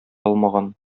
алмаган